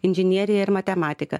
inžinierija ir matematika